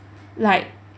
like